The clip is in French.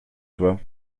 toi